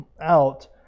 out